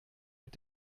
mit